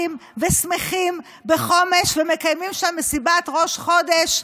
ושמחים בחומש ומקיימים שם מסיבת ראש חודש,